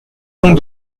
pont